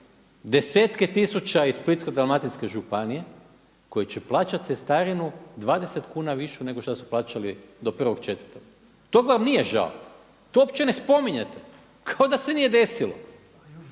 desetke tisuća iz Splitsko-dalmatinske županije koji će plaćati cestarinu 20 kuna višu nego šta su plaćali do 1.4. tog vam nije žao, to uopće ne spominjete, kao da se nije desilo,